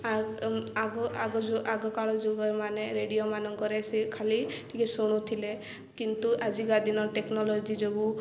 ଆଗ ଆଗ କାଳ ଯୁଗ ମାନେ ରେଡିଓ ମାନଙ୍କରେ ସେ ଖାଲି ଟିକେ ଶୁଣୁଥିଲେ କିନ୍ତୁ ଆଜିକା ଦିନ ଟେକ୍ନୋଲୋଜି ଯୋଗୁଁ